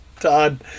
Todd